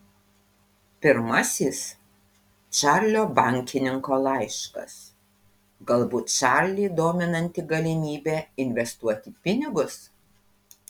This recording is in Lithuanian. pirmasis čarlio bankininko laiškas galbūt čarlį dominanti galimybė investuoti pinigus